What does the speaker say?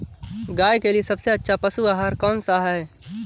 गाय के लिए सबसे अच्छा पशु आहार कौन सा है?